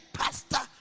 pastor